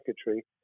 secretary